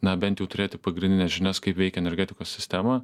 na bent turėti pagrindines žinias kaip veikia energetikos sistema